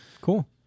Cool